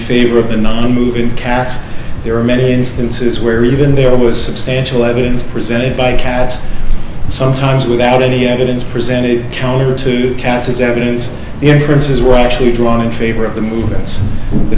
favor of the nonmoving cats there are many instances where even there was substantial evidence presented by cats sometimes without any evidence presented challenge to cats as evidence in princes were actually drawing favor of the movements the